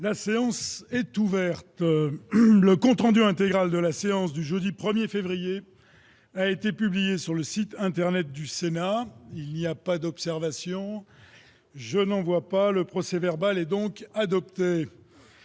La séance est ouverte, le compte rendu intégral de la séance du jeudi 1er février a été publié sur le site internet du Sénat : il n'y a pas d'observation, je n'en vois pas le procès-verbal est donc adopté.